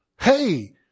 Hey